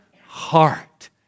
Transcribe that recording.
heart